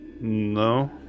No